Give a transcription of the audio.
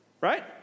Right